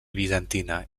bizantina